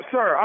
Sir